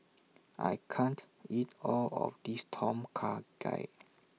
I can't eat All of This Tom Kha Gai